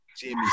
Jimmy